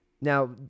Now